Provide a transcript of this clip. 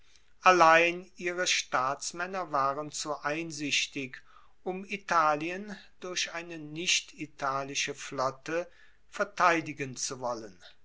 allein ihre staatsmaenner waren zu einsichtig um italien durch eine nichtitalische flotte verteidigen zu wollen